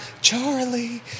Charlie